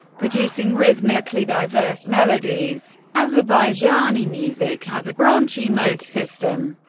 producing rhythmically diverse melodies. azerbaijani music has a branchy mode system,